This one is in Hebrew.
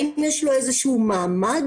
האם יש לו איזשהו מעמד,